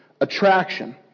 attraction